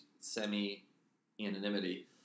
semi-anonymity